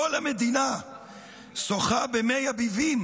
כל המדינה שוחה במי הביבים